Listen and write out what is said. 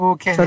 Okay